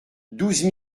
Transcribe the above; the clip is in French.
douze